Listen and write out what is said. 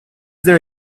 there